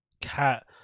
Cat